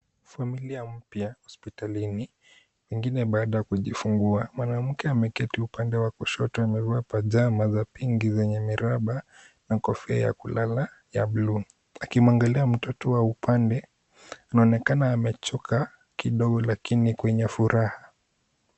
Familia mpya hospitalini ingine baada ya kujifungua. Mwanamke ameketi upande wa kushoto amevaa pajama za pinki zenye miraba na kofia ya kulala ya buluu, akimwangalia mtoto wa upande anaonekana amechoka kidogo lakini kwenye furaha.